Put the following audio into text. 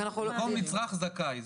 במקום "נצרך" יבוא "זכאי".